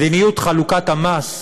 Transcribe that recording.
מדיניות חלוקת המס,